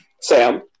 Sam